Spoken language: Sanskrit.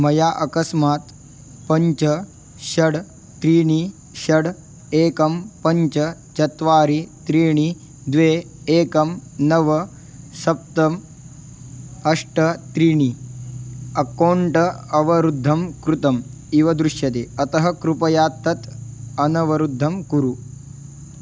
मया अकस्मात् पञ्च षट् त्रीणि षट् एकं पञ्च चत्वारि त्रीणि द्वे एकं नव सप्त अष्ट त्रीणि अक्कौण्ट् अवरुद्धं कृतम् इव दृश्यते अतः कृपया तत् अनवरुद्धं कुरु